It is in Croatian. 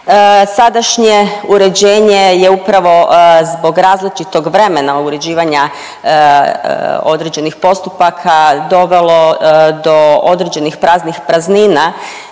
Sadašnje uređenje je upravo zbog različitog vremena uređivanja određenih postupaka dovelo do određenih praznih praznina